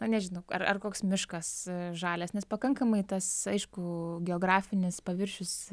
na nežinau ar ar koks miškas žalias nes pakankamai tas aišku geografinis paviršius